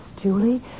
Julie